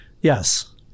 Yes